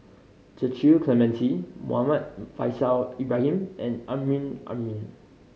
Cecil Clementi Muhammad Faishal Ibrahim and Amrin Amin